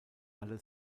alle